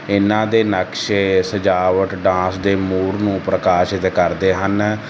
ਇਹਨਾਂ ਦੇ ਨਕਸ਼ੇ ਸਜਾਵਟ ਡਾਂਸ ਦੇ ਮੂੜ ਨੂੰ ਪ੍ਰਕਾਸ਼ਿਤ ਕਰਦੇ ਹਨ